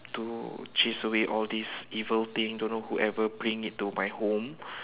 to chase away all this evil thing don't know whoever bring it to my home